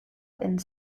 and